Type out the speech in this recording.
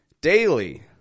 daily